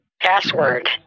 password